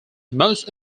most